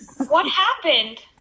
what happened?